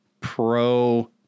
pro